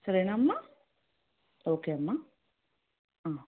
సరేనా అమ్మ ఓకే అమ్మ